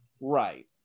right